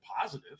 positive